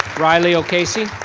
riley o'casey.